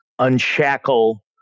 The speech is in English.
Unshackle